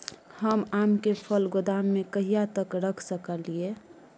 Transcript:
हम आम के फल गोदाम में कहिया तक रख सकलियै?